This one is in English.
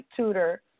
tutor